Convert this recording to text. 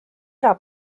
ära